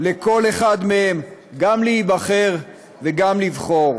של כל אחד מהם גם להיבחר וגם לבחור,